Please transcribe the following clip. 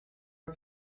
are